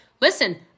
listen